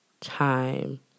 time